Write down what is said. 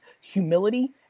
humility